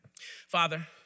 Father